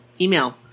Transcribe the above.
Email